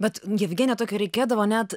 bet jevgenija reikėdavo net